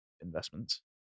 investments